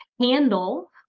handle